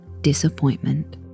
disappointment